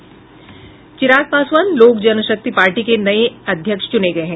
चिराग Paswan Lok Janshakti party के नये अध्यक्ष च्रने गये हैं